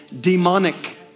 demonic